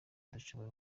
dushobora